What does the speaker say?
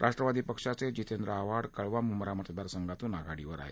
राष्ट्रवादी पक्षाचे जितेंद्र आव्हाड कळवा मुंब्रा मतदारसंघातून आघाडीवर आहेत